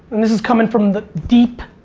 and this is coming from the deep,